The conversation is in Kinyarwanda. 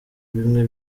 bimwe